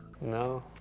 No